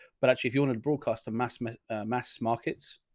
but actually, if you wanted to broadcast a mass mass mass markets,